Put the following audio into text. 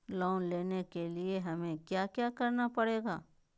Loan लेने के लिए हमें क्या क्या करना पड़ेगा?